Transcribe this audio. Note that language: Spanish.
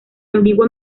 ambigua